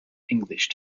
english